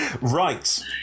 Right